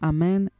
Amen